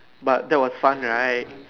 but that was fun right